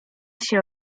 się